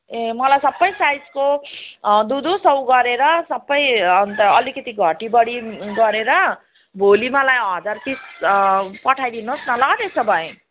ए मलाई सबै साइजको दुई दुई सय गरेर सबै अनि त अलिकति घटिबढी गरेर भोलि मलाई हजार पिस पठाइदिनुहोस् न ल त्यसो भए